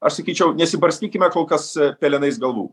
aš sakyčiau nesibarstykime kol kas pelenais galvų